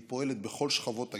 והיא פועלת בכל שכבות הגיל,